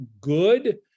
good